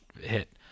hit